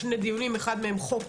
לא רואה